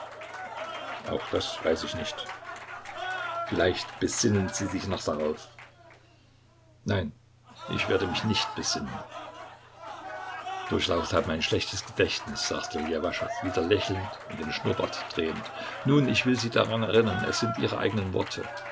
auch das weiß ich nicht vielleicht besinnen sie sich noch darauf nein ich werde mich nicht besinnen durchlaucht haben ein schlechtes gedächtnis sagte ljewaschow wieder lächelnd und den schnurrbart drehend nun ich will sie daran erinnern es sind ihre eigenen worte